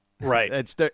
Right